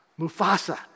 Mufasa